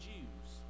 Jews